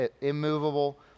immovable